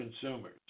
consumers